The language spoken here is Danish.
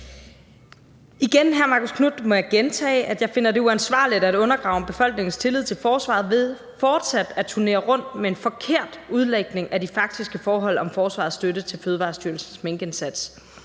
igen, hr. Marcus Knuth, må jeg gentage, at jeg finder det uansvarligt at undergrave befolkningens tillid til forsvaret ved fortsat at turnere rundt med en forkert udlægning af de faktiske forhold om forsvarets støtte til Fødevarestyrelsens minkindsats.